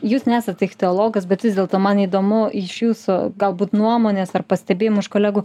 jūs nesat ichtiologas bet vis dėlto man įdomu iš jūsų galbūt nuomonės ar pastebėjimų iš kolegų